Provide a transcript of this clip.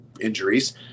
injuries